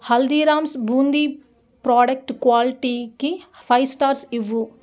Haldiram's boondi product క్వాలిటీకి five stars ఇవ్వు